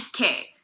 Okay